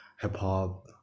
hip-hop